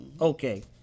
Okay